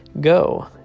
Go